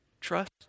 trust